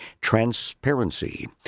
transparency